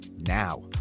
now